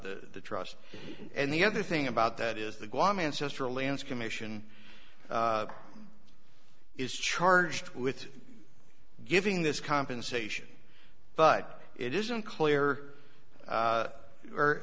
the trust and the other thing about that is the guam ancestral lands commission is charged with giving this compensation but it isn't clear